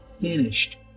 finished